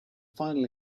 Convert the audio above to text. final